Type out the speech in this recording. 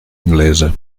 inglese